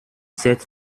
sept